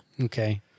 Okay